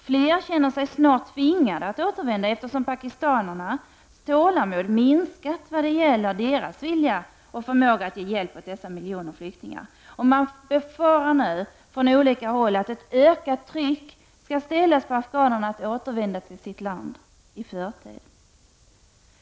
Fler känner snart sig tvingade att återvända, eftersom pakistanernas tålamod minskat vad gäller deras vilja och förmåga att ge hjälp åt dessa miljoner flyktingar. Man befarar nu från olika håll att ett ökat tryck skall ställas på afghanerna att återvända till sitt land i förtid.